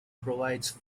provides